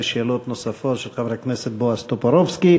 שאלות נוספות של חבר הכנסת בועז טופורובסקי.